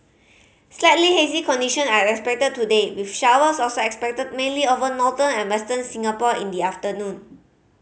slightly hazy condition are expected today with showers also expected mainly over northern and Western Singapore in the afternoon